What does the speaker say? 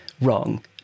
wrong